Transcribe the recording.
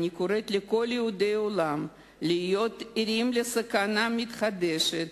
אני קוראת לכל יהודי העולם להיות ערים לסכנה המתחדשת,